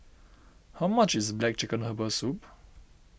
how much is Black Chicken Herbal Soup